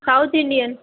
south Indian